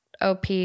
OP